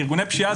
ארגוני פשיעה,